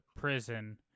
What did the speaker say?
prison